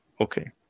okay